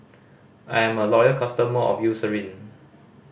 I'm a loyal customer of Eucerin